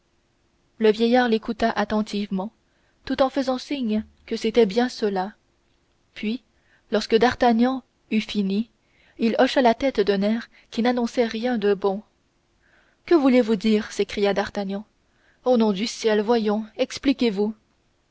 le vieillard l'écouta attentivement tout en faisant signe que c'était bien cela puis lorsque d'artagnan eut fini il hocha la tête d'un air qui n'annonçait rien de bon que voulez-vous dire s'écria d'artagnan au nom du ciel voyons expliquez-vous